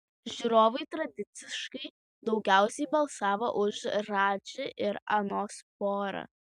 žiūrovai tradiciškai daugiausiai balsavo už radži ir anos porą